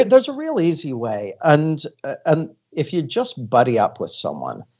there's a really easy way. and and if you just buddy up with someone,